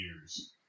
years